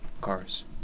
cars